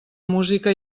música